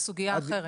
זו סוגיה אחרת.